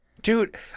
Dude